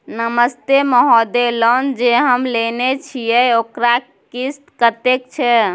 नमस्ते महोदय, लोन जे हम लेने छिये ओकर किस्त कत्ते छै?